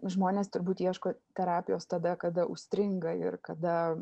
žmonės turbūt ieško terapijos tada kada užstringa ir kada